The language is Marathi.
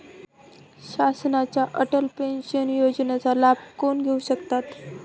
शासनाच्या अटल पेन्शन योजनेचा लाभ कोण घेऊ शकतात?